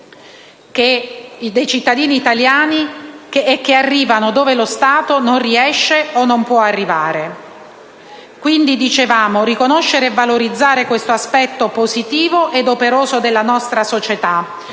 dei cittadini italiani, perché arrivano dove lo Stato non riesce o non può arrivare. Quindi, dicevamo, riconoscere e valorizzare questo aspetto positivo ed operoso della nostra società.